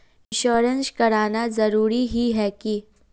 Insurance कराना जरूरी ही है की?